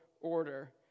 order